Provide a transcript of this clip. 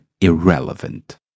irrelevant